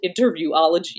interviewology